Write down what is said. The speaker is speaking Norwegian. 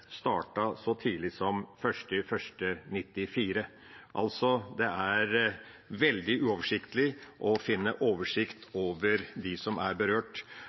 så tidlig som 1. januar 1994. Altså: Det er veldig uoversiktlig og vanskelig å få oversikt over dem som er berørt.